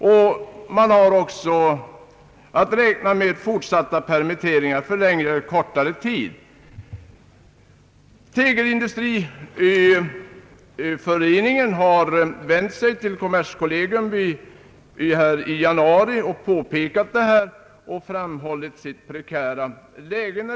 Det finns också anledning att räkna med fortsatta permitteringar för längre eller kortare tid. Tegelindustriföreningen vände sig i januari till kommerskollegium och påpekade branschens prekära läge.